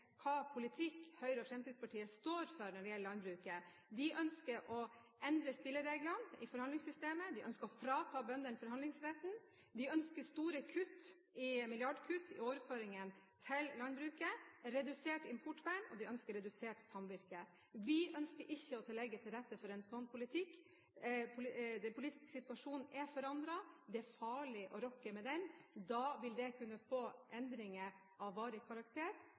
politikk Høyre og Fremskrittspartiet står for når det gjelder landbruket: De ønsker å endre spillereglene i forhandlingssystemet, de ønsker å frata bøndene forhandlingsretten, de ønsker store kutt – milliardkutt – i overføringen til landbruket, redusert importvern, og de ønsker redusert samvirke. Vi ønsker ikke å legge til rette for en slik politikk. Den politiske situasjonen er forandret. Det er farlig å rokke ved den, da vil det kunne få endringer av varig karakter.